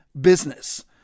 business